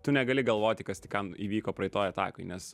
tu negali galvoti kas tik kam įvyko praeitoje takai nes